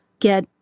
get